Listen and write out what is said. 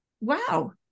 wow